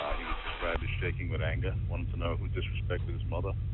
he was described as shaking with anger. wanted to know who disrespected his mother.